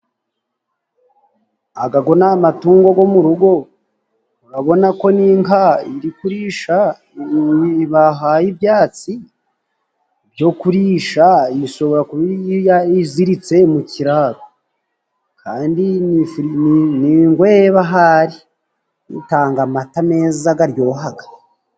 Aga go ni amatungo go mu rugo. Urabona ko ni inka iri kurisha bahaye ibyatsi byo kurisha. Ishobora kuba iziritse mu kiraro kandi ni ingweba ahari. Itanga amata meza garyohaga.